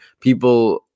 people